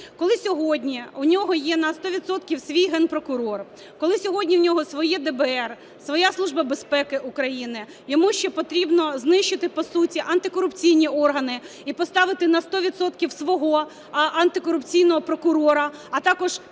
Коли сьогодні в нього є на 100 відсотків свій Генпрокурор, коли сьогодні в нього своє ДБР, своя Служба безпеки України, йому ще потрібно знищити, по суті, антикорупційні органи і поставити на 100 відсотків свого антикорупційного прокурора, а також підкорити